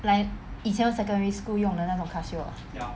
like 以前 secondary school 用的那种 Casio ah